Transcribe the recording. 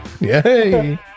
Yay